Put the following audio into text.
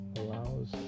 allows